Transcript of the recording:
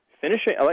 finishing